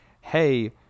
hey